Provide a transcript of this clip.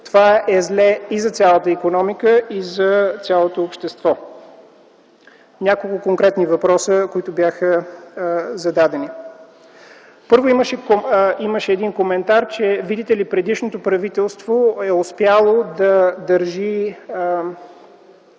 това е зле и за цялата икономика, и за цялото общество. По няколко конкретни въпроса, които бяха зададени – първо имаше един коментар, че, видите ли, предишното правителство е успяло да задържи